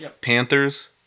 panthers